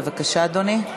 בבקשה, אדוני.